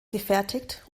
gefertigt